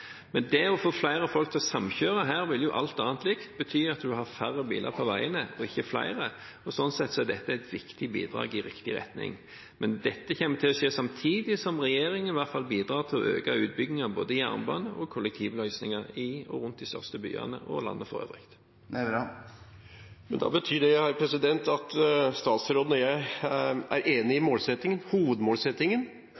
Men det å få flere folk til å samkjøre vil – alt annet likt – bety at en har færre biler på veiene, og ikke flere, og sånn sett er dette et viktig bidrag i riktig retning. Men dette kommer til å skje samtidig som regjeringen i hvert fall bidrar til å øke utbyggingen av både jernbane og kollektivløsninger i og rundt de største byene og i landet for øvrig. Da betyr det at statsråden og jeg er enig i